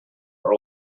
are